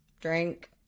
Drink